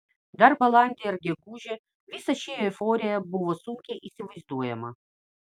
dar balandį ir gegužę visa ši euforija buvo sunkiai įsivaizduojama